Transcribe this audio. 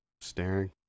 staring